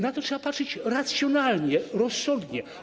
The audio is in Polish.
Na to trzeba patrzeć racjonalnie, rozsądnie.